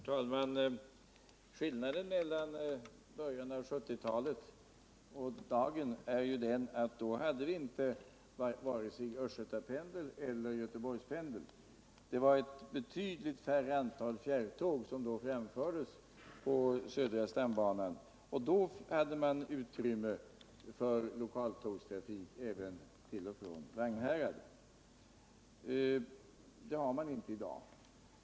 Herr talman! Skillnaden mellan början av 1970-talet och i dag är den att då hade vi inte vare sig Östgötapendeln eller Göteborgspendeln. Det var ett betydligt mindre antal fjärrtåg som då framfördes på södra stambanan, och man hade utrymme för lokaltrafik även till och från Vagnhärad. Det har man inte i dag.